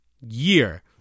year